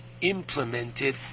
implemented